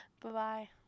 Bye-bye